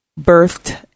birthed